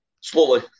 slowly